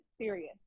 serious